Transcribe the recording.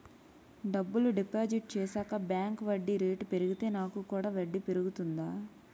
డబ్బులు డిపాజిట్ చేశాక బ్యాంక్ వడ్డీ రేటు పెరిగితే నాకు కూడా వడ్డీ రేటు పెరుగుతుందా?